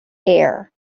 air